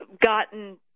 gotten